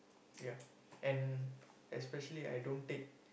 ya and especially I don't take